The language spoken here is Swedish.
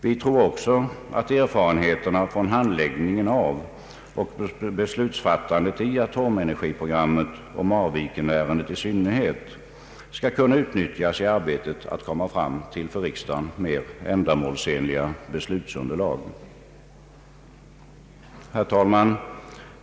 Vi tror också att erfarenheterna från handläggningen av och beslutsfattandet i atomenergiprogrammet och Marvikenärendet i synnerhet skall kunna utnyttjas i syfte att komma fram till för riksdagen mera ändamålsenliga beslutsunderlag. Herr talman!